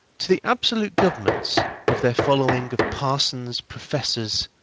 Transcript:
to the absolute governments, with their following of parsons, professors,